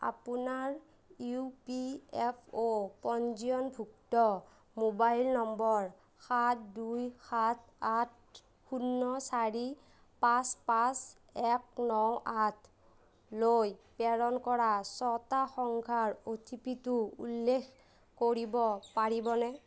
আপোনাৰ U P F O পঞ্জীয়নভুক্ত mobile number সাত দুই সাত আঠ শূন্য চাৰি পাঁচ পাঁচ এক ন আঠলৈ প্ৰেৰণ কৰা ছটা সংখ্যাৰ অ' টি পি টো উল্লেখ কৰিব পাৰিবনে